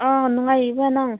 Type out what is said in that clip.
ꯑꯥ ꯅꯨꯡꯉꯥꯏꯇꯤꯕꯔꯥ ꯅꯪ